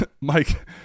Mike